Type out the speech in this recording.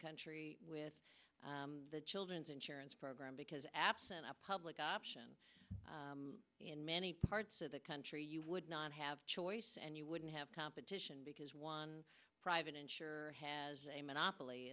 country with the children's insurance program because absent a public option in many parts of the country you would not have choice and you wouldn't have competition because one private insurer has a monopoly